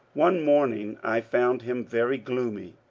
one morning i found him very gloomy.